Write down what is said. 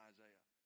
Isaiah